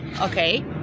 okay